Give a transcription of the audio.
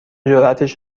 جراتش